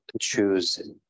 choose